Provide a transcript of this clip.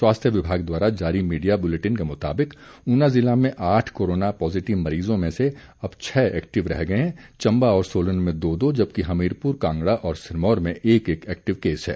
स्वास्थ्य विभाग द्वारा जारी मीडिया बुलेटिन के मुताबिक ऊना जिला में आठ कोरोना पॉजिटिव मरीजों में से अब छह एक्टिव रह गए हैं चंबा और सोलन में दो दो जबकि हमीरपुर कांगड़ा और सिरमौर में एक एक एक्टिव केस है